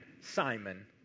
Simon